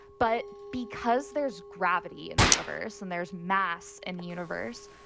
but because there's gravity in the universe and there's mass in the universe,